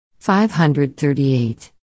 538